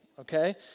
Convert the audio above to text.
Okay